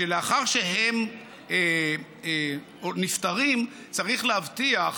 לאחר שהם נפטרים, צריך להבטיח,